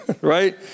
right